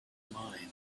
mind